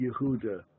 Yehuda